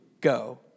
go